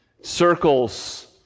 circles